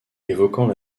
évoquant